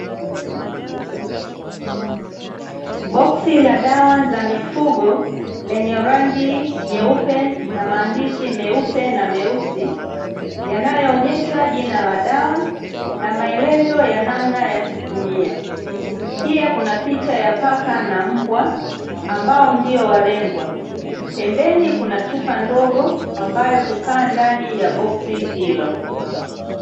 Boksi la dawa za mifugo lenye rangi nyeupe na maandishi meupe na meusi, yanayoonyesha jina la dawa na maelezo ya namna ya kutumia. Pia kuna picha ya paka na mbwa, ambao ndio walengwa, pembeni kuna chupa ndogo ambayo hukaa ndani ya boksi hilo.